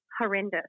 horrendous